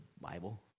Bible